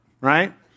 right